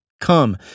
Come